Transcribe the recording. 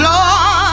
Lord